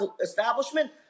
establishment